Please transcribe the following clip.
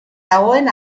dagoen